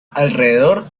alrededor